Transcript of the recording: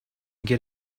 get